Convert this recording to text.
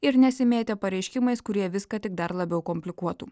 ir nesimėtė pareiškimais kurie viską tik dar labiau komplikuotų